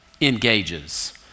engages